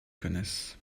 connaissent